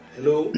Hello